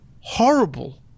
horrible